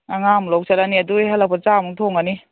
ꯑꯉꯥꯡ ꯑꯃꯨꯛ ꯂꯧ ꯆꯠꯂꯅꯤ ꯑꯗꯨ ꯍꯦꯛ ꯍꯜꯂꯛꯄꯗ ꯆꯥꯛ ꯑꯃꯨꯛ ꯊꯣꯡꯉꯅꯤ